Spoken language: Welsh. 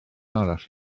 arall